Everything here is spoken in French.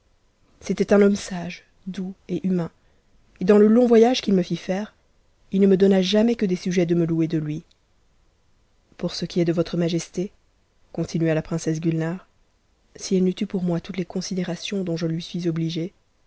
c'était un homme sage doux et humain et dans le long voyage qn'it fit aire il ne mf donna jamais que des sujets de me jouer de mi pour ce qui est de votre majesté continua la princesse guinare si e n'eût eu pour moi toutes les considérations dont je lui suis obligée